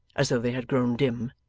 as though they had grown dim.